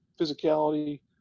physicality